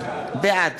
בעד